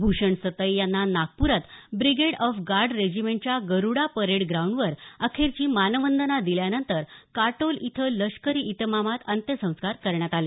भूषण सतई यांना नागपूरात brigade of guard रेजिमेंटच्या गरुडा परेड ग्राऊंडवर अखेरची मानवंदना दिल्यानंतर काटोल इथं लष्करी इतमामात अंत्यसंस्कार करण्यात आले